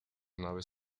naves